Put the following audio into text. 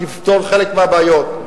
תפתור חלק מהבעיות,